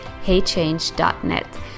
heychange.net